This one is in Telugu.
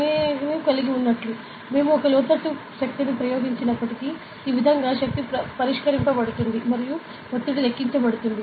నేను కలిగి ఉన్నట్లు మేము ఒక లోతట్టు శక్తిని ప్రయోగించినప్పటికీ ఈ విధంగా శక్తి పరిష్కరించబడుతుంది మరియు ఒత్తిడి లెక్కించబడుతుంది